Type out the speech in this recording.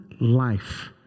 life